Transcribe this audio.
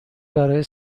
برای